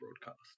broadcast